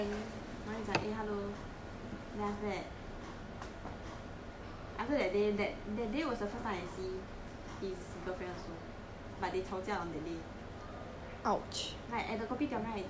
ya then after that then 他就讲 eh hello then after that after that day that day was the first time I see his girlfriend also but they 吵架 on that day